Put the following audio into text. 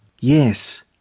Yes